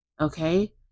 okay